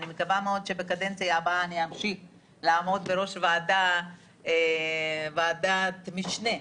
אני מקווה מאוד שבקדנציה הבאה אמשיך לעמוד בראש ועדת משנה